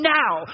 now